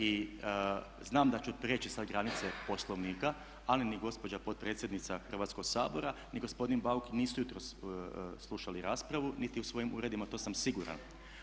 I znam da ću prijeći sad granice Poslovnika, ali ni gospođa potpredsjednica Hrvatskog sabora, ni gospodin Bauk nisu jutros slušali raspravu, niti u svojim uredima to sam siguran.